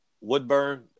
Woodburn